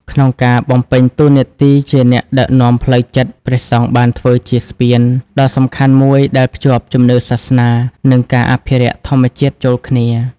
ក្នុងការបំពេញតួនាទីជាអ្នកដឹកនាំផ្លូវចិត្ត ព្រះសង្ឃបានធ្វើជា ស្ពានដ៏សំខាន់មួយដែលភ្ជាប់ជំនឿសាសនា និងការអភិរក្សធម្មជាតិ ចូលគ្នា។